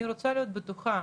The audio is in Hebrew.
אני רוצה להיות בטוחה,